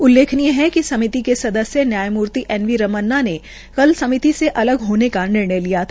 उल्लेखनीय है कि समिति के सदस्य न्यायमूर्ति एन वी रमन्ना ने कल समिति से अलग होने का निर्णय लिया था